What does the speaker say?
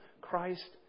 Christ